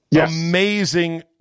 Amazing